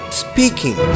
speaking